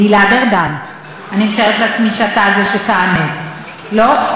גלעד ארדן, אני משערת לעצמי שאתה זה שיענה, לא?